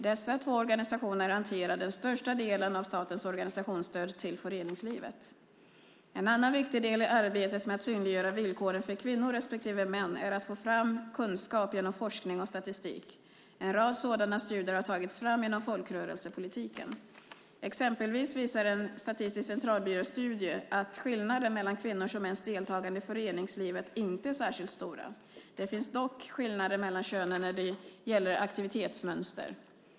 Dessa två organisationer hanterar den största delen av statens organisationsstöd till föreningslivet. En annan viktig del i arbetet med att synliggöra villkoren för kvinnor respektive män är att få fram kunskap genom forskning och statistik. En rad sådana studier har tagits fram inom folkrörelsepolitiken. Exempelvis visar en studie från Statistiska centralbyrån att skillnaderna mellan kvinnors och mäns deltagande i föreningslivet inte är särskilt stora. Det finns dock skillnader mellan könen när det gäller aktivitetsmönster.